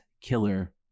killer